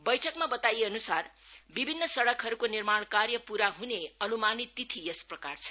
बैठकमा बताइएअन्सार विभिन्न सइकहरूको निर्माणकार्य पूरा हने अन्मानित तिथि यस प्रकार छन्